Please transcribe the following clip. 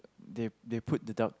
they they put the duck